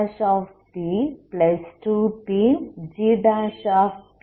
gp0 ஆகும்